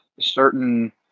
certain